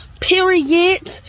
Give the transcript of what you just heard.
Period